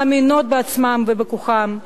מאמינות בעצמן ובכוחן.